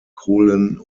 kohlen